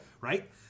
Right